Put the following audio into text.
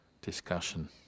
discussion